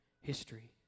history